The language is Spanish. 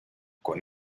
con